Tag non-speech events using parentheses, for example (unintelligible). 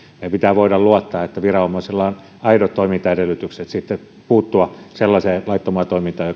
meidän pitää voida luottaa että viranomaisella on aidot toimintaedellytykset puuttua sellaiseen laittomaan toimintaan (unintelligible)